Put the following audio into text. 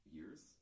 years